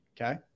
Okay